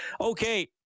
okay